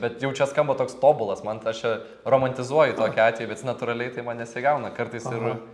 bet jau čia skamba toks tobulas man aš čia romantizuoju tokį atvejį bet jis natūraliai tai man nesigauna kartais ir